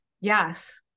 Yes